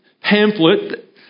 pamphlet